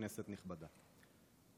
כנסת נכבדה,